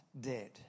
dead